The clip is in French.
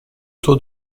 taux